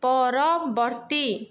ପରବର୍ତ୍ତୀ